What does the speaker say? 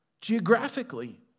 geographically